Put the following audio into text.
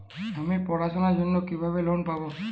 আমি পড়াশোনার জন্য কিভাবে লোন পাব?